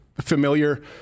familiar